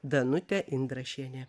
danutę indrašienę